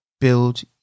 Build